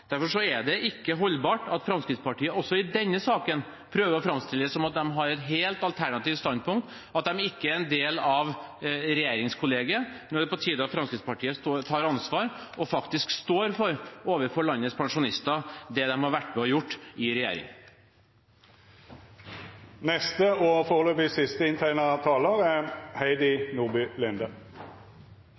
Derfor er det ikke holdbart at Fremskrittspartiet også i denne saken prøver å framstille det som om de har et helt alternativt standpunkt, at de ikke er en del av regjeringskollegiet. Nå er det på tide at Fremskrittspartiet tar ansvar og overfor landets pensjonister står for det de har vært med på å gjøre i regjering. Som saksordfører må jeg si at samarbeidet og